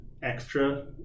extra